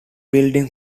building